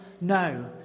No